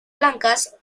blancas